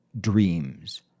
dreams